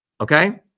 Okay